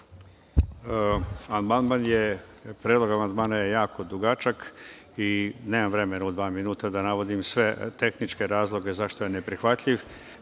Predlog amandmana je jako dugačak i nemam vremena u dva minuta da navodim sve tehničke razloge zašto je neprihvatljiv.